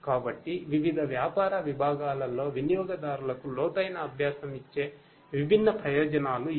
కాబట్టి వివిధ వ్యాపార విభాగాలలో వినియోగదారులకు లోతైన అభ్యాసం ఇచ్చే విభిన్న ప్రయోజనాలు ఇవి